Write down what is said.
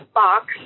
box